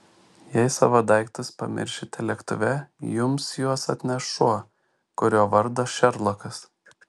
jei savo daiktus pamiršite lėktuve jums juos atneš šuo kurio vardas šerlokas